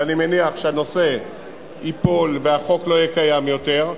ואני מניח שהנושא ייפול והחוק לא יהיה קיים יותר,